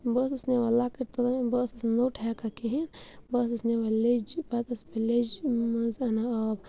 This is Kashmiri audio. بہٕ ٲسٕس نِوان لۄکٕٹۍ بہٕ ٲسٕس نہٕ نوٚٹ ہٮ۪کان کِہیٖنۍ بہٕ ٲسٕس نِوان لیٚجہِ پَتہٕ ٲسٕس بہٕ لیٚجہِ منٛز اَنان آب